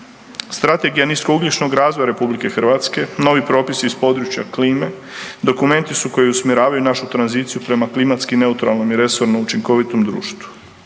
Strategija niskougljičnog razvoja RH, novi propisi iz područja klime dokumenti su koji usmjeravaju našu tranziciju prema klimatski neutralnom i resorno učinkovitom društvu.